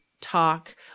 talk